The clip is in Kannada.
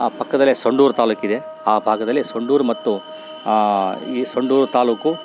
ಆ ಪಕ್ಕದಲ್ಲೆ ಸಂಡೂರು ತಾಲ್ಲೂಕಿದೆ ಆ ಭಾಗದಲ್ಲಿ ಸಂಡೂರು ಮತ್ತು ಈ ಸಂಡೂರು ತಾಲ್ಲೂಕು